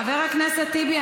חבר הכנסת טיבי,